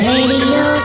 Radio